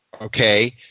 Okay